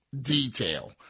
detail